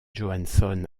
johansson